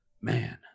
Man